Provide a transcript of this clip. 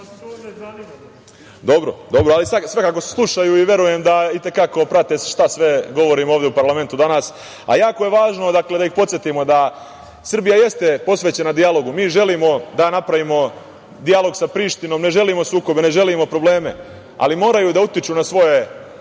odavno.)Dobro, ali svakako slušaju i verujem da itekako prate šta sve govorimo ovde u parlamentu danas. Jako je važno da ih podsetimo da Srbija jeste posvećena dijalogu. Mi želimo da napravimo dijalog sa Prištinom. Ne želimo sukobe, ne želimo probleme, ali moraju da utiču na svoje,